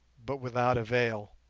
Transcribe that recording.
but without avail.